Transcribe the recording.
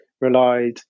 relied